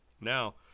Now